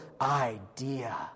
idea